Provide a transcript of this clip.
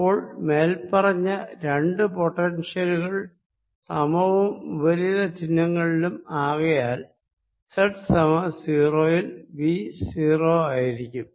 അപ്പോൾ മേൽപ്പറഞ്ഞ രണ്ടു പൊട്ടൻഷ്യലുകൾ സമവും വിപരീത ചിഹ്നങ്ങളിലും ആകയാൽ z സമം 0 യിൽ V 0 ആയിരിക്കും